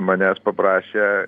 manęs paprašė